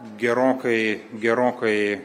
gerokai gerokai